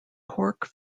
cork